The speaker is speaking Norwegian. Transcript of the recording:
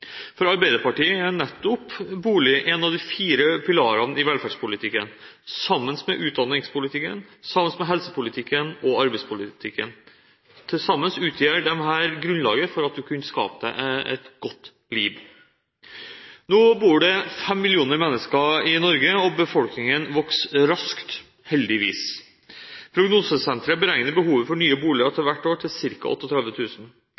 For Arbeiderpartiet er nettopp bolig en av de fire pilarene i velferdspolitikken, sammen med utdannings-, helse- og arbeidspolitikken. Til sammen utgjør disse grunnlaget for at alle skal kunne skape seg et godt liv. Nå bor det fem millioner mennesker i Norge, og befolkningen vokser raskt, heldigvis. Prognosesenteret beregner behovet for nye boliger hvert år til